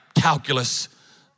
calculus